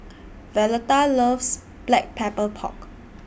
Violeta loves Black Pepper Pork